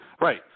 Right